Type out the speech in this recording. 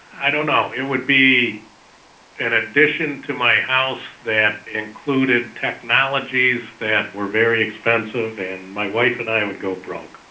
i don't know, it would be an addition to my house that included technologies that were very expensive and my wife and i would go broke.